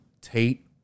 Tate